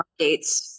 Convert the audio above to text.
updates